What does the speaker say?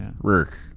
Work